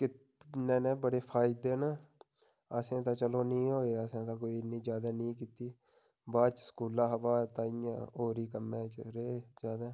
करने दे बड़े फायदे न असेंगी ते चलो नेईं होए असें ते कोई इन्नी ज्यादा नेईं कीती बाद च स्कूला हा बाद च ताइयै होर ही कम्मै च रेह् ज्यादा